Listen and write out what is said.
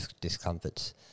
discomforts